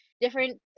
different